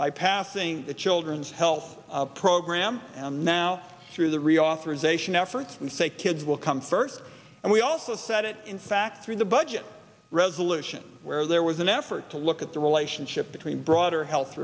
by passing the children's health program and now through the reauthorization efforts we say kids will come first and we also set it in fact through the budget resolution where there was an effort to look at the relationship between broader health